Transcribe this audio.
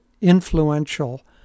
influential